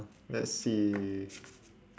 let's see